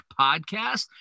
podcast